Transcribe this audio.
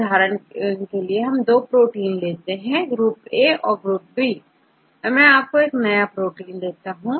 उदाहरण के तौर पर यदि आपके पास दो प्रोटीन ग्रुप हैA औरB यदि मैं आपको एक नया प्रोटीन दूँ